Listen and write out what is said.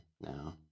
now